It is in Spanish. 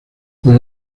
con